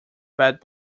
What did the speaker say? bad